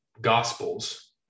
Gospels